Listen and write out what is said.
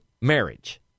marriage